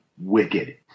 wicked